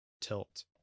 tilt